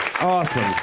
Awesome